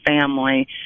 family